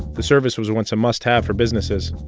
the service was once a must-have for businesses,